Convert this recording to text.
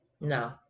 no